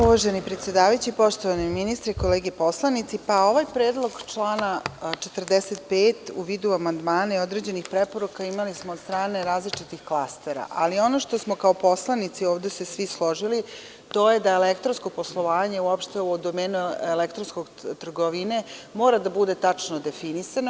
Uvaženi predsedavajući, poštovani ministre, kolege poslanici, ovaj predlog člana 45. u vidu amandmana i određenih preporuka, imali smo od strane različitih klastera, ali ono što smo kao poslanici ovde sve svi složili, to je da elektronsko poslovanje uopšte u domenu elektronske trgovine mora da bude tačno definisano.